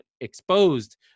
exposed